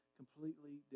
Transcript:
completely